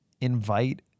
Invite